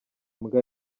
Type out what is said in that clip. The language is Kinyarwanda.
mbwa